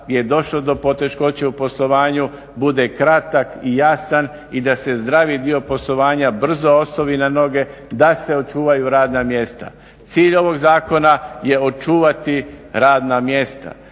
da se očuvaju radna mjesta. Cilj ovog zakona je očuvati radna mjesta.